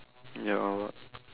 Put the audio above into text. ya I'll look